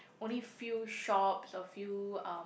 only few shops a few um